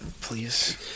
please